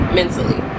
mentally